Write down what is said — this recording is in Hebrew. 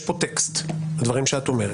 יש פה טקסט לדברים שאת אומרת.